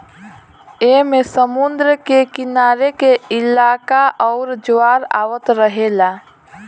ऐमे समुद्र के किनारे के इलाका आउर ज्वार आवत रहेला